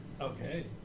Okay